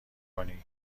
کنی